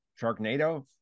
sharknado